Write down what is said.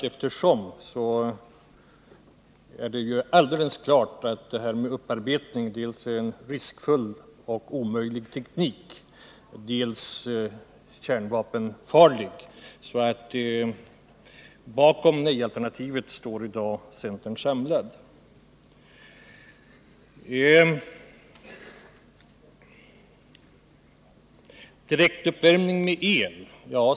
Efter hand har det visat sig att det är helt klart att upparbetning dels innebär en riskfylld och omöjlig teknik, dels är kärnvapenfarlig. Bakom nej-alternativet står alltså i dag centern samlad. Ingvar Carlsson säger att man bygger villor med direkt eluppvärmning i kommuner där centern sitter i majoritetsställning.